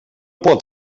pot